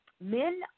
men